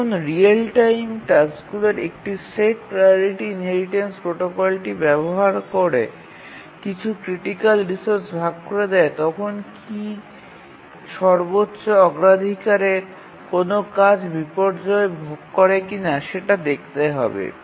যখন real time টাস্কগুলির একটি সেট প্রাওরিটি ইনহেরিটেন্স প্রোটোকলটি ব্যবহার করে কিছু ক্রিটিকাল রিসোর্স ভাগ করে দেয় তখন কী সর্বোচ্চ অগ্রাধিকারের কোনও কাজ বিপর্যয় ভোগ করে কি না সেটা দেখতে হবে